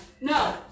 No